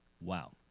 Wow